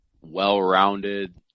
well-rounded